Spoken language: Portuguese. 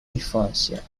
infância